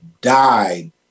died